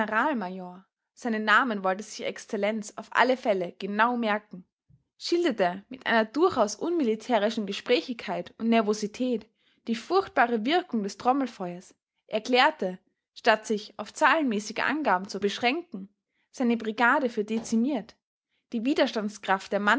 generalmajor seinen namen wollte sich excellenz auf alle fälle genau merken schilderte mit einer durchaus unmilitärischen gesprächigkeit und nervosität die furchtbare wirkung des trommelfeuers erklärte statt sich auf zahlenmäßige angaben zu beschränken seine brigade für dezimiert die widerstandskraft der